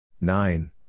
nine